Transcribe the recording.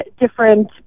different